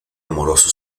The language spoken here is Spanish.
amoroso